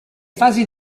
fasi